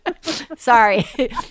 Sorry